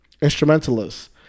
instrumentalists